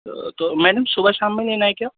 تو میڈم صبح شام میں لینا ہے کیا